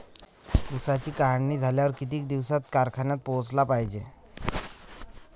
ऊसाची काढणी झाल्यावर किती दिवसात कारखान्यात पोहोचला पायजे?